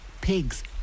pigs